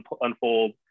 unfold